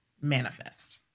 manifest